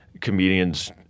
comedians